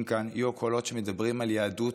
כאן יהיו הקולות שמדברים גם על יהדות